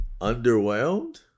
underwhelmed